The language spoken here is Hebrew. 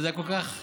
זה היה כל כך צורם,